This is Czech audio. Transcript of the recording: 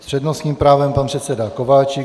S přednostním právem pan předseda Kováčik.